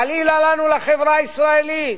חלילה לנו לחברה הישראלית,